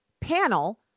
panel